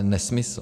Nesmysl.